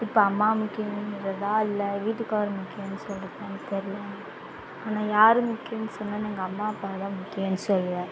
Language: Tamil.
இப்போ அம்மா முக்கியம்முன்னுறதா இல்லை வீட்டுக்கார் முக்கியம் சொல்லுறதா எனக்கு தெரில ஆனால் யார் முக்கியம்ன்னு சொன்னனா எங்கள் அம்மா அப்பா தான் முக்கியம்ன்னு சொல்லுவேன்